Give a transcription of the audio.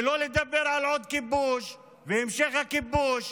ולא לדבר על עוד כיבוש והמשך הכיבוש.